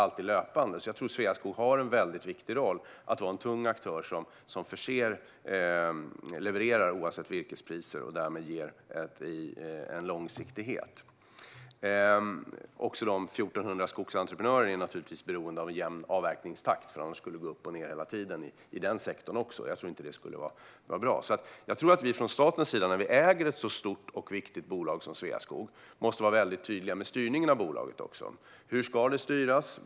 Jag tror alltså att Sveaskog har en mycket viktig roll i att vara en tung aktör som levererar oavsett virkespriser och därmed ger en långsiktighet. Också de 1 400 skogsentreprenörerna är naturligtvis beroende av en jämn avverkningstakt, för annars skulle det gå upp och ned hela tiden i den sektorn också, och jag tror inte att det skulle vara bra. Jag tror att vi från statens sida, när vi äger ett så stort och viktigt bolag som Sveaskog, måste vara tydliga med styrningen av bolaget. Hur ska det styras?